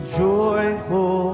joyful